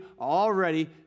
already